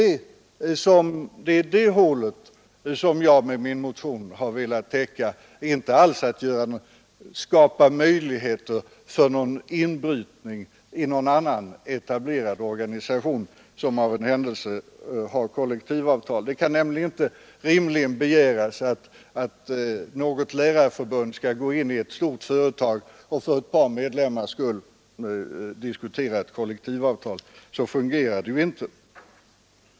Det är det hålet som jag med min motion velat täppa till — jag har inte alls avsett att skapa möjligheter för en inbrytning i någon annan etablerad organisation, som av en händelse har kollektivavtal. Det kan nämligen inte rimligen begäras att något lärarförbund skall gå in i ett stort företag och för ett par medlemmars skull diskutera ett kollektivavtal. Så fungerar det ju inte.